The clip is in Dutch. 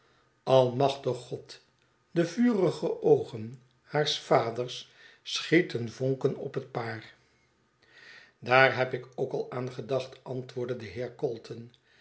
almachtig god de vurige oogen haars vaders schieten vonken op het paar daar heb ik ook al aan gedacht antwoordde de